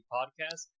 Podcast